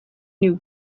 new